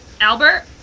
Albert